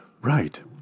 Right